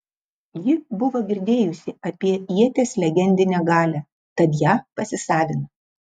ji buvo girdėjusi apie ieties legendinę galią tad ją pasisavino